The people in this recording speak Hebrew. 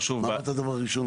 --- מה אמרת על הדבר הראשון?